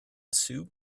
soup